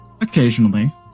Occasionally